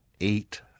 eight